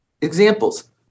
Examples